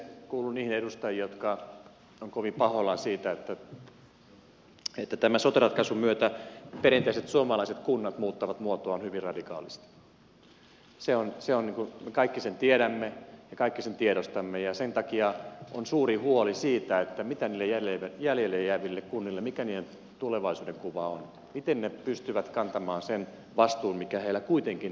kuulun niihin edustajiin jotka ovat kovin pahoillaan siitä että tämän sote ratkaisun myötä perinteiset suomalaiset kunnat muuttavat muotoaan hyvin radikaalisti me kaikki sen tiedämme ja me kaikki sen tiedostamme ja sen takia on suuri huoli siitä mikä niiden jäljelle jäävien kuntien tulevaisuudenkuva on miten ne pystyvät kantamaan sen vastuun mikä niille kuitenkin lakien kautta tulee